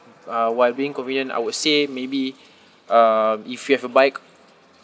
uh while being convenient I would say maybe uh if you have a bike